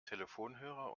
telefonhörer